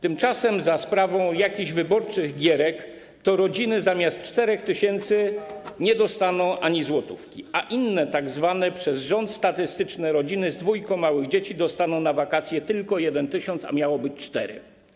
Tymczasem za sprawą jakichś wyborczych gierek te rodziny zamiast 4 tys. zł nie dostaną ani złotówki, a inne rodziny, zwane przez rząd statystycznymi, z dwójką małych dzieci dostaną na wakacje tylko 1 tys. zł, a miało być 4.